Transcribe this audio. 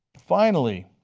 finally